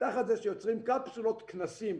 תחת זה שיוצרים קפסולות כנסים,